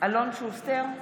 אלון שוסטר,